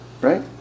right